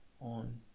on